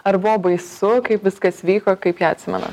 ar buvo baisu kaip viskas vyko kaip ją atsimenat